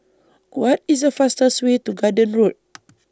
What IS The fastest Way to Garden Road